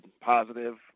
positive